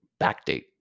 backdate